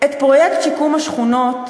את פרויקט שיקום השכונות